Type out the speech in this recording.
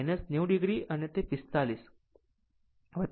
આમ 90 o અને તે 45 o છે